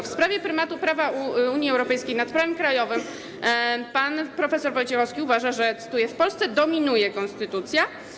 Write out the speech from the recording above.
W sprawie prymatu prawa Unii Europejskiej nad prawem krajowym pan prof. Wojciechowski uważa, że, cytuję: w Polsce dominuje konstytucja.